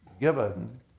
given